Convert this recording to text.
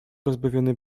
rozbawiony